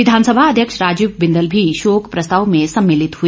विधानसभा अध्यक्ष राजीव बिंदल भी शोक प्रस्ताव में सम्मिलित हुए